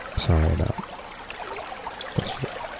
sorry about yesterday.